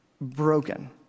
broken